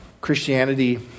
Christianity